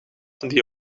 die